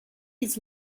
his